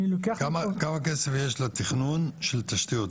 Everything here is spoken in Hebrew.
אני אקח --- כמה כסף יש לתכנון של תשתיות?